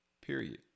Period